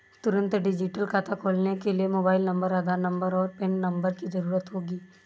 तुंरत डिजिटल खाता खोलने के लिए मोबाइल नंबर, आधार नंबर, और पेन नंबर की ज़रूरत होगी